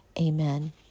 Amen